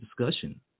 discussion